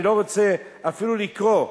אני לא רוצה אפילו לקרוא,